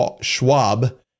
Schwab